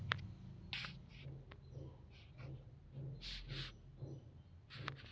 ತೆರಿಗೆ ನಿರಾಕರಿಸಿದ್ರ ಸರ್ಕಾರಕ್ಕ ಹಣಕಾಸಿನ ಕೊರತೆ ಆಗತ್ತಾ